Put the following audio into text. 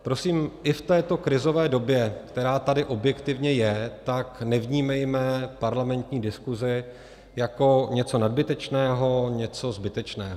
Prosím, i v této krizové době, která tady objektivně je, nevnímejme parlamentní diskuse jako něco nadbytečného, něco zbytečného.